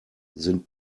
sind